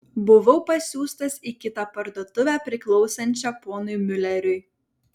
buvau pasiųstas į kitą parduotuvę priklausančią ponui miuleriui